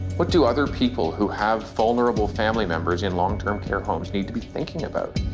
what do other people who have vulnerable family members in long-term care homes need to be thinking about?